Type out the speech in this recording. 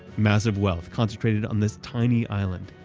massive wealth concentrated on this tiny island,